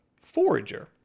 Forager